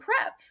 prep